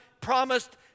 promised